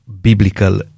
biblical